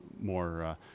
more